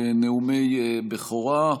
לנאומי בכורה.